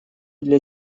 для